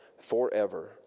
forever